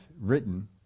written